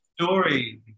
story